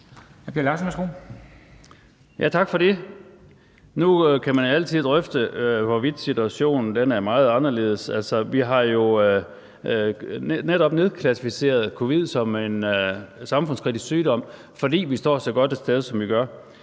Tak for det. Nu kan man altid drøfte, hvorvidt situationen er meget anderledes. Altså, vi har jo netop nedklassificeret covid som en samfundskritisk sygdom, fordi vi står så godt et sted, som vi gør.